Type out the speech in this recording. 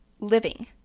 living